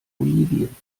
bolivien